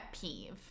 peeve